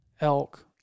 elk